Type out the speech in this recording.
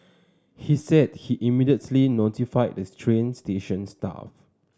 he said he immediately notified this train station staff